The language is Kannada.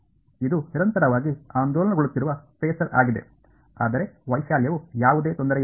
ಇದು ನಿರಂತರವಾಗಿ ಆಂದೋಲನಗೊಳ್ಳುತ್ತಿರುವ ಫೇಸರ್ ಆಗಿದೆ ಆದರೆ ವೈಶಾಲ್ಯವು ಯಾವುದೇ ತೊಂದರೆಯಿಲ್ಲ